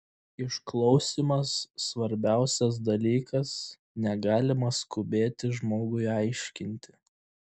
išklausymas svarbiausias dalykas negalima skubėti žmogui aiškinti